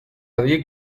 برای